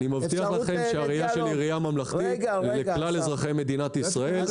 אני מבטיח לכם שהראייה שלי היא ראייה ממלכתית לכלל אזרחי מדינת ישראל,